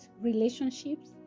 relationships